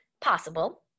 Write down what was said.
possible